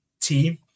team